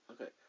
Okay